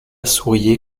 souriait